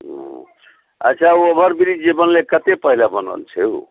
नहि ओ छै अच्छा ओभर ब्रीज जे बनलै कतेक पहिले बनल छै ओ